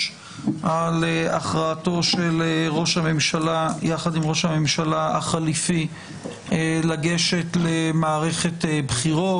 על הכרעתו של ראש הממשלה יחד עם ראש הממשלה החליפי לגשת למערכת בחירות.